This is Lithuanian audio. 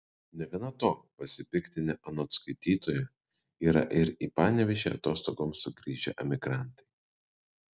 negana to pasipiktinę anot skaitytojo yra ir į panevėžį atostogoms sugrįžę emigrantai